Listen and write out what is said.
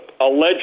alleged